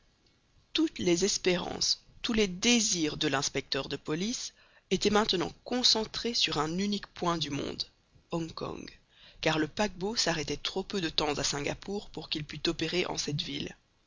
toutes les espérances tous les désirs de l'inspecteur de police étaient maintenant concentrés sur un unique point du monde hong kong car le paquebot s'arrêtait trop peu de temps à singapore pour qu'il pût opérer en cette ville